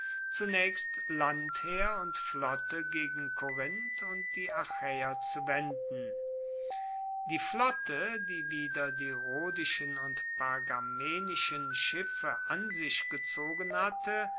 zunaechst landheer und flotte gegen korinth und die achaeer zu wenden die flotte die wieder die rhodischen und pergamenischen schiffe an sich gezogen hatte